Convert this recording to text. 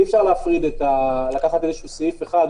אי-אפשר לקחת איזשהו סעיף אחד,